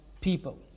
people